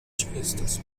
ĉeestas